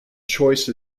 choice